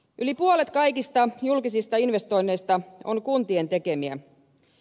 yli puolet kaikista julkisista investoinneista on kuntien tekemiä